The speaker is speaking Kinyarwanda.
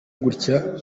gutya